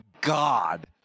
God